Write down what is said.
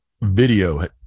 video